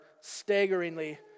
staggeringly